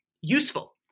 useful